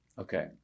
Okay